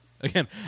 Again